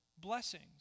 blessings